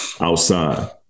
outside